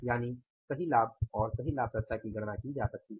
यानि सही लाभ और सही लाभप्रदता की गणना की जा सकती है